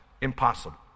Impossible